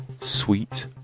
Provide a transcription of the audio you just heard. sweet